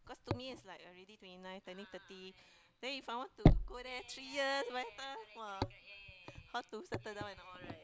cause to me I already twenty nine turning thirty then if I want to go there three year by the time !wah! how to settle down and all right